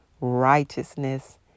righteousness